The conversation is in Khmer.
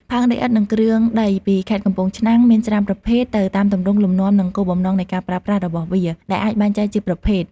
ផើងដីឥដ្ឋ និងគ្រឿងដីពីខេត្តកំពង់ឆ្នាំង មានច្រើនប្រភេទទៅតាមទម្រង់ លំនាំ និងគោលបំណងនៃការប្រើប្រាស់របស់វា ដែលអាចបែងចែកជាប្រភេទ។